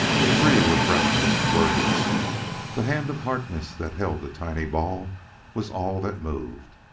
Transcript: the three were breathless, wordless the hand of harkness that held the tiny ball was all that moved.